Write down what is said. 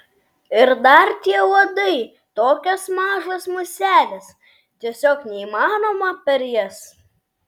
ir dar tie uodai tokios mažos muselės tiesiog neįmanoma per jas